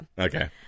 Okay